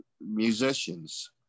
musicians